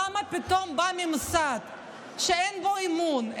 למה פתאום בא ממסד שאין בו אמון,